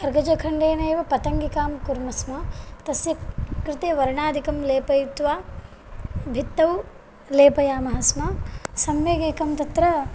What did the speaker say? कर्गजखण्डेन एव पतङ्गिकां कुर्मः स्म तस्य कृते वर्णादिकं लेपयित्वा भित्तौ लेपयामः स्म सम्यक् एकं तत्र